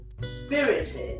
spirited